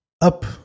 up